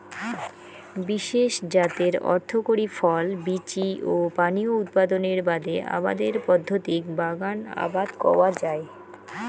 বিশেষ জাতের অর্থকরী ফল, বীচি ও পানীয় উৎপাদনের বাদে আবাদের পদ্ধতিক বাগান আবাদ কওয়া যায়